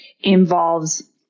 involves